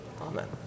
Amen